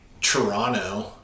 Toronto